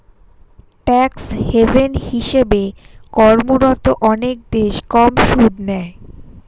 tax haven হিসেবে কর্মরত অনেক দেশ কম সুদ নেয়